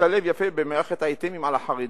השתלב יפה במערכת ה"אייטמים" על החרדים,